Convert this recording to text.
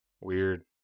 Weird